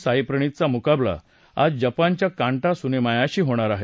साईप्रणीत चा मुकाबला आज जपानच्या कांटा सुनेमायाशी होणार आहे